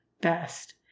best